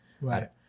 Right